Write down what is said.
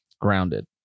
grounded